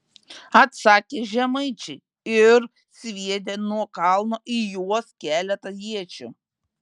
atsakė žemaičiai ir sviedė nuo kalno į juos keletą iečių